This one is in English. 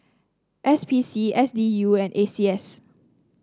S P C S D U and A C S